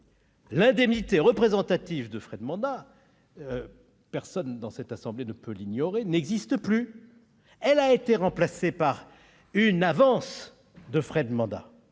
L'indemnité représentative de frais de mandat- personne dans cette assemblée ne peut l'ignorer -n'existe plus. Elle a été remplacée par une avance de frais de mandat,